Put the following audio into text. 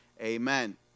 Amen